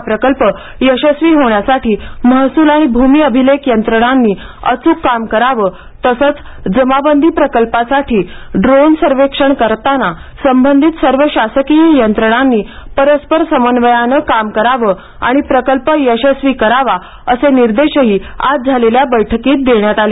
हा प्रकल्प यशस्वी होण्यासाठी महसूल आणि भूमि अभिलेख यंत्रणांनी अचूक काम करावे तसेच जमाबंदी प्रकल्पासाठी ड्रोन सर्व्हे करताना संबंधित सर्व शासकीय यंत्रणांनी परस्पर समन्वयाने काम करावे आणि प्रकल्प यशस्वी करावा असे निर्देशही आज झालेल्या बैठकीत देण्यात आले